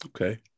Okay